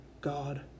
God